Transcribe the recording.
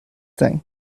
thing